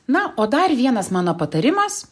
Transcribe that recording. na o dar vienas mano patarimas